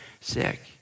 sick